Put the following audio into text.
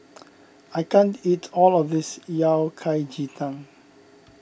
I can't eat all of this Yao Cai Ji Tang